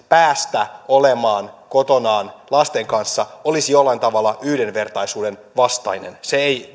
päästä olemaan kotonaan lasten kanssa olisi jollain tavalla yhdenvertaisuuden vastainen se ei